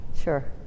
Sure